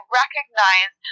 recognize